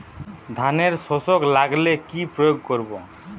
ধানের শোষক লাগলে কি প্রয়োগ করব?